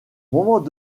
moment